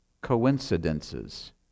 coincidences